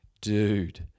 dude